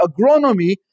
agronomy